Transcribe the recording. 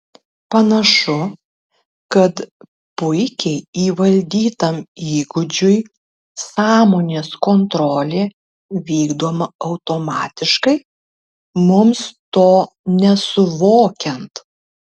panašu kad puikiai įvaldytam įgūdžiui sąmonės kontrolė vykdoma automatiškai mums to nesuvokiant